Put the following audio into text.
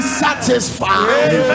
satisfied